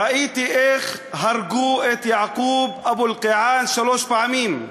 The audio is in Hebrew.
ראיתי איך הרגו את יעקוב אבו אלקיעאן שלוש פעמים: